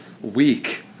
week